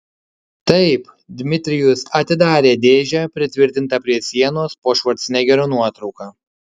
taip dmitrijus atidarė dėžę pritvirtintą prie sienos po švarcnegerio nuotrauka